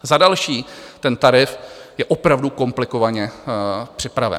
Za další, ten tarif je opravdu komplikovaně připraven.